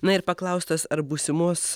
na ir paklaustas ar būsimos